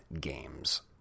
games